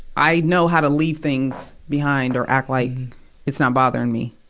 i know how to leave things behind or act like it's not bothering me,